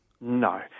No